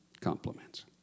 compliments